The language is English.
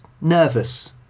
nervous